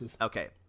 Okay